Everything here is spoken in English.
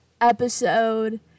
episode